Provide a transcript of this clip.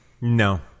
No